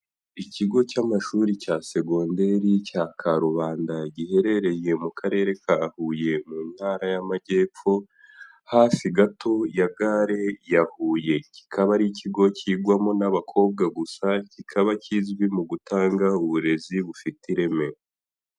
Ikigo cy'amashuri cya segonderi cya Karubanda, giherereye mu Karere ka Huye mu Ntara y'Amajyepfo hasi gato ya gare ya Huye, kikaba ari ikigo kigwamo n'abakobwa gusa kikaba kizwi mu gutanga uburezi bufite ireme.